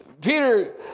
Peter